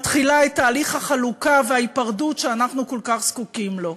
מתחילה את תהליך החלוקה וההיפרדות שאנחנו כל כך זקוקים לו.